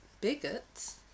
bigots